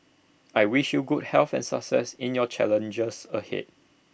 I wish you good health and success in your challenges ahead